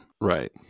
Right